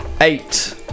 eight